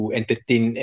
entertain